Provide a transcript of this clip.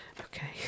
okay